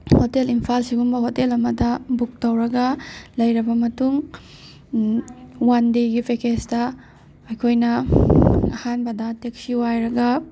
hotel Imphal ꯁꯤꯒꯨꯝꯕ hotel ꯑꯃꯗ book ꯇꯧꯔꯒ ꯂꯩꯔꯕ ꯃꯇꯨꯡ ꯋꯥꯟ ꯗꯦꯒꯤ ꯄꯦꯛꯀꯦꯖꯇ ꯑꯩꯈꯣꯏꯅ ꯑꯍꯥꯟꯕꯗ ꯇꯦꯛꯁꯤ ꯋꯥꯏꯔꯒ